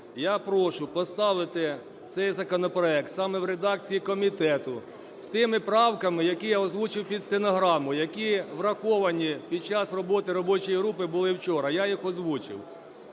я прошу поставити цей законопроект саме в редакції комітету з тими правками, які я озвучив під стенограму, які враховані під час роботи робочої групи були вчора, я їх озвучив.